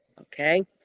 Okay